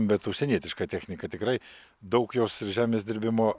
bet užsienietiška technika tikrai daug jos ir žemės dirbimo